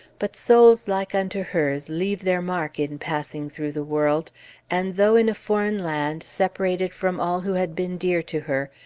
but souls like unto hers leave their mark in passing through the world and, though in a foreign land, separated from all who had been dear to her,